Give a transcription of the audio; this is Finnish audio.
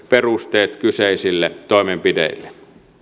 perusteet kyseisille toimenpiteille